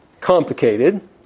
complicated